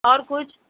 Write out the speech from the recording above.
اور کچھ